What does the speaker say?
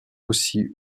aussy